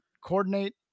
coordinate